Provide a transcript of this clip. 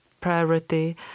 priority